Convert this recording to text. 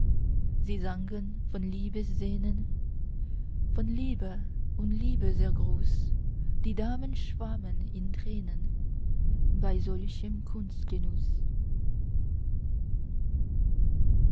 sie sangen von liebessehnen von liebe und liebeserguß die damen schwammen in tränen bei solchem